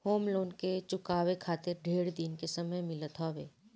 home loan के चुकावे खातिर ढेर दिन के समय मिलत हवे